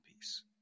peace